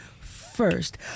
First